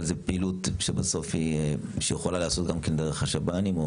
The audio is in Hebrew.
אבל זו פעילות שיכולה להיעשות גם דרך השב"נים.